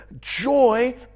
Joy